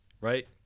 Right